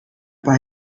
paar